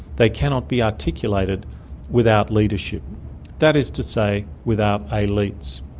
they cannot be articulated without leadership that is to say without elites.